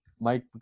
Mike